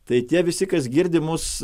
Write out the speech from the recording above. tai tie visi kas girdi mus